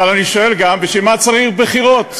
אבל אני שואל גם, בשביל מה צריך בחירות?